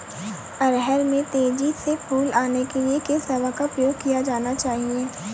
अरहर में तेजी से फूल आने के लिए किस दवा का प्रयोग किया जाना चाहिए?